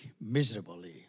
miserably